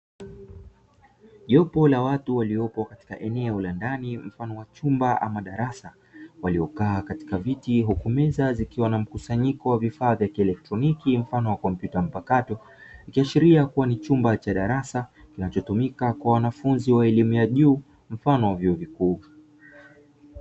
Jopo la watu walioo katika eneo la ndani la chumbaama darasa wamekaa katika viti huku meza zikiwa na mkusanyiko wa vifaa vya kielektronikia mfano wa kompyuta mpakato ikiashilia kuwa ni chumba cha darasa kinachotumika kwa wanafunzi wa elimu ya juu mfano wa vyuo vikuu .